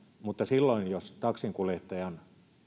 mutta silloin jos taksinkuljettajan